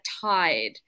tide